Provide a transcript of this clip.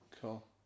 cool